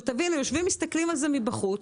תבינו, יושבים ומסתכלים על זה מבחוץ.